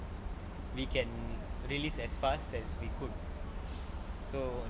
we can release as fast as we could so